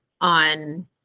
on